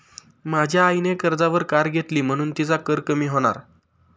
माझ्या आईने कर्जावर कार घेतली म्हणुन तिचा कर कमी होणार